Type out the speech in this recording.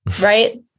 right